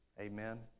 Amen